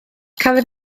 cafodd